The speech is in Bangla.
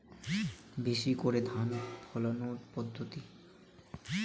বেশি করে ধান ফলানোর পদ্ধতি?